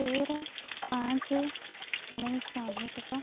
ତେର ପାଞ୍ଚ ଉଣେଇଶହ ଅନେଶ୍ୱତ